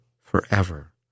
forever